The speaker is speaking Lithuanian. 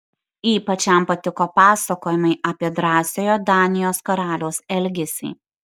ypač jam patiko pasakojimai apie drąsiojo danijos karaliaus elgesį